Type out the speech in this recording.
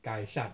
改善